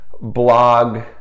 blog